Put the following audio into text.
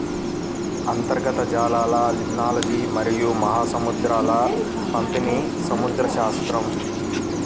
అంతర్గత జలాలలిమ్నాలజీమరియు మహాసముద్రాల పంపిణీసముద్రశాస్త్రం